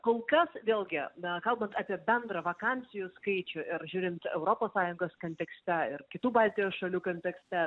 kol kas vėlgi na kalbant apie bendrą vakansijų skaičių ir žiūrint europos sąjungos kontekste ir kitų baltijos šalių kontekste